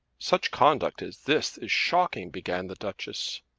such conduct as this is shocking, began the duchess.